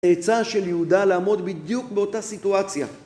עצה של יהודה לעמוד בדיוק באותה סיטואציה.